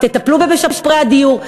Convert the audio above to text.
תטפלו במשפרי הדיור.